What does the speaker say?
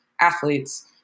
athletes